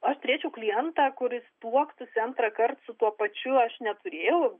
aš turėčiau klientą kuris tuoktųsi antrąkart su tuo pačiu aš neturėjau